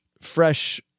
fresh